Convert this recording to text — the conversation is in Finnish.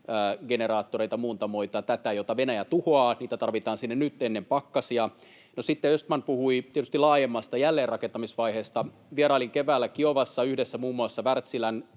generaattoreita, muuntamoita ja näitä, joita Venäjä tuhoaa. Niitä tarvitaan sinne nyt ennen pakkasia. No, sitten Östman puhui tietysti laajemmasta jälleenrakentamisvaiheesta. Vierailin keväällä Kiovassa yhdessä muun muassa Wärtsilän,